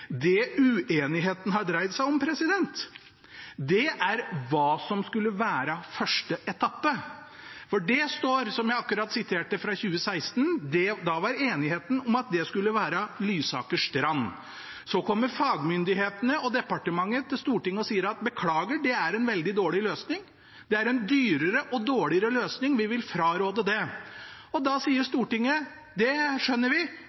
Det uenigheten har dreid seg om, er hva som skulle være første etappe. Det står, som jeg akkurat siterte fra 2016, at da var enigheten at det skulle være Lysaker–Strand. Så kommer fagmyndighetene og departementet til Stortinget og sier: Beklager, det er en veldig dårlig løsning – det er en dyrere og dårligere løsning, vi vil fraråde det. Da sier Stortinget: Det skjønner vi.